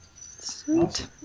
Sweet